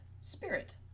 spirit